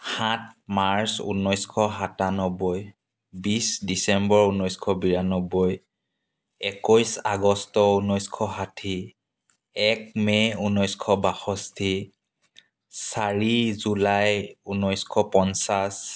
সাত মাৰ্চ ঊনৈছশ সাতান্নব্বৈ বিশ ডিচেম্বৰ ঊনৈছশ বিৰান্নব্বৈ একৈছ আগষ্ট ঊনৈছশ ষাঠি এক মে' ঊনৈছশ বাষষ্ঠি চাৰি জুলাই ঊনৈছশ পঞ্চাছ